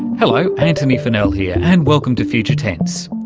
hello, antony funnell here and welcome to future tense,